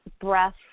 breath